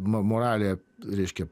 moralė reiškia